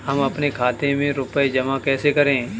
हम अपने खाते में रुपए जमा कैसे करें?